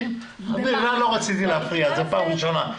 בכוונה לא רציתי להפריע, זו פעם ראשונה.